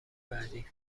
بعدی